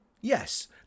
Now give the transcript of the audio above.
Yes